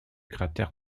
cratère